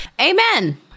Amen